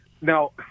now